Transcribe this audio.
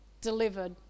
delivered